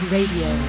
Radio